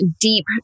deep